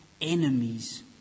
enemies